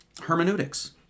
hermeneutics